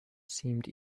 seemed